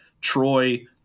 Troy